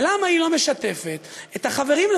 ולמה היא לא משתפת את החברים,